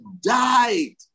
died